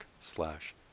slash